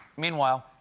meanwhile,